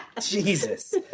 Jesus